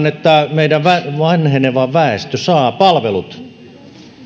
että meidän vanheneva väestö saa palvelut